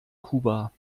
kuba